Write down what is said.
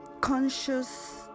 conscious